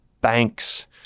banks